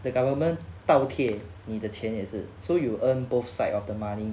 the government 倒贴你的钱也是 so you earn both side of the money